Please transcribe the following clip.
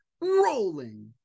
rolling